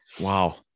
Wow